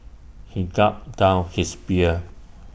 he gulped down his beer